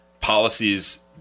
policies